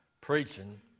preaching